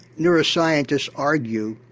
neuroscientists argue,